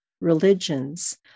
religions